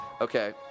Okay